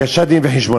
הגשת דין-וחשבון.